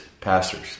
pastors